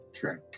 drink